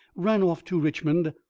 ran off to richmond,